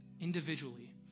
individually